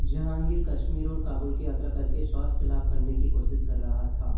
जहांगीर कश्मीर और काबुल की यात्रा करके स्वास्थ्य लाभ करने की कोशिश कर रहा था